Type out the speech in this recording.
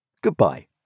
Goodbye